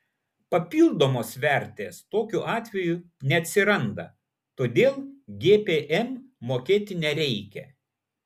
papildomos vertės tokiu atveju neatsiranda todėl gpm mokėti nereikia